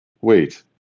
Wait